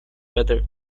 weather